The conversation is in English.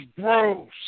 gross